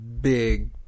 big